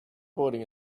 boarding